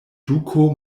duko